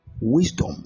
wisdom